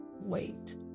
wait